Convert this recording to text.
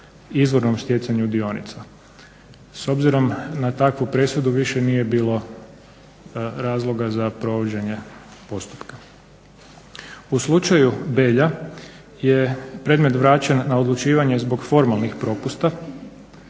izvornom stjecanju dionica. S obzirom na takvu presudu više nije bilo razloga za provođenje postupka. U slučaju Belja je predmet vraćen na odlučivanje zbog formalnih propusta